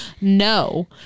No